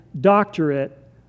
doctorate